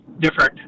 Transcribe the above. different